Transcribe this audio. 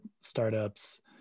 startups